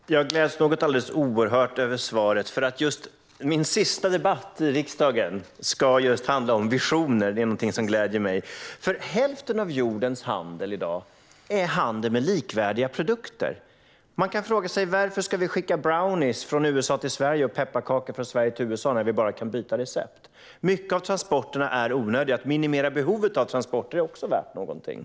Fru talman! Jag gläds något alldeles oerhört över svaret och att min sista debatt i riksdagen ska handla just om visioner. Det är någonting som gläder mig. Hälften av jordens handel i dag är handel med likvärdiga produkter. Man kan fråga sig: Varför ska vi skicka brownies från USA till Sverige och pepparkakor från Sverige till USA när vi bara kan byta recept? Mycket av transporterna är onödiga. Att minimera behovet av transporter är också värt någonting.